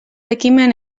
ekimen